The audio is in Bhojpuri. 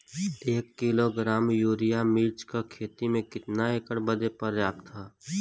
एक किलोग्राम यूरिया मिर्च क खेती में कितना एकड़ बदे पर्याप्त ह?